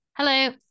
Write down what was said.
Hello